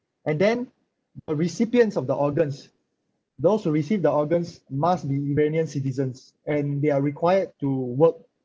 and then uh recipients of the organs those who received the organs must be iranian citizens and they are required to work